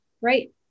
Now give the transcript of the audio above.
right